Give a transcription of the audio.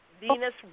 Venus